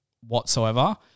whatsoever